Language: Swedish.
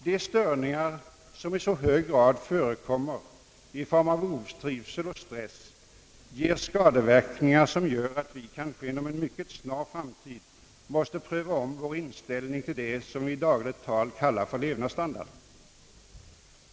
De störningar, som i så hög grad förekommer i form av otrivsel och stress, ger skadeverkningar som medför att vi kanske inom en mycket snar framtid måste ompröva vår inställning till det som vi i dagligt tal kallar för levnadsstandard.